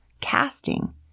Casting